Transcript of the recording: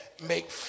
make